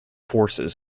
forces